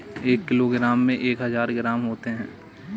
एक किलोग्राम में एक हजार ग्राम होते हैं